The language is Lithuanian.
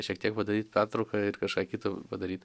šiek tiek padaryt pertrauką ir kažką kita padaryt